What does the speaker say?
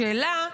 השאלה,